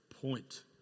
point